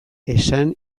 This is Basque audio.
esan